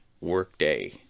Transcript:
workday